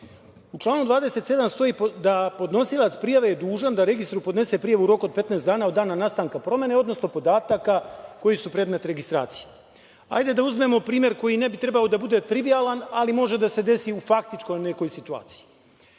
U članu 27. stoji da je podnosilac prijave dužan da registru podnese prijavu u roku od 15 dana od dana nastanka promene, odnosno podataka koji su predmet registracije. Hajde da uzmemo primer koji ne bi trebalo da bude trivijalan, ali može da se desi u faktičkoj nekoj situaciji.